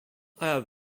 have